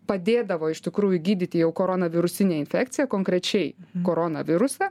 padėdavo iš tikrųjų gydyti jau koronavirusinę infekciją konkrečiai koronavirusą